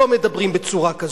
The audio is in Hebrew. לא מדברים בצורה כזאת.